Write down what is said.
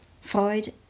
Freud